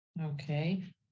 Okay